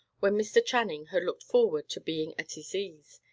when mr. channing had looked forward to being at his ease,